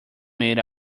made